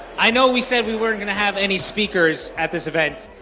i know we said we weren't gonna have any speakers at this event,